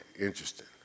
Interesting